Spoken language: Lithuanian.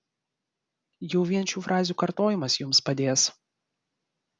jau vien šių frazių kartojimas jums padės